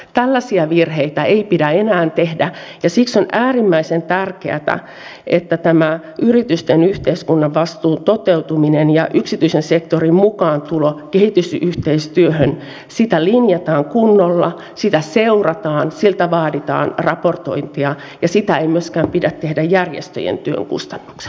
tällaisia virheitä ei pidä enää tehdä ja siksi on äärimmäisen tärkeätä että tätä yritysten yhteiskuntavastuun toteutumista ja yksityisen sektorin mukaantuloa kehitysyhteistyöhön linjataan kunnolla sitä seurataan siltä vaaditaan raportointia ja sitä ei myöskään tehdä järjestöjen työn kustannuksella